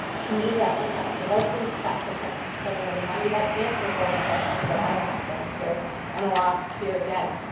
to me, that protects the residents, that protects the spending of the money, that answers all the questions that i asked downstairs and i'll ask here again.